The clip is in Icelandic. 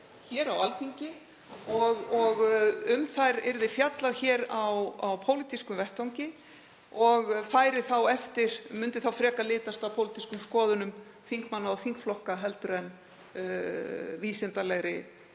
hér á Alþingi og um þær fjallað á pólitískum vettvangi. Það myndi þá frekar litast af pólitískum skoðunum þingmanna og þingflokka heldur en vísindalegri